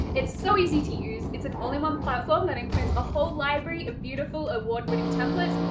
it's so easy to use, it's an all-in-one platform that includes a whole library of beautiful award-winning templates,